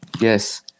Yes